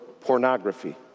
pornography